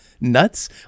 nuts